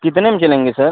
कितने में चलेंगे सर